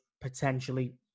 potentially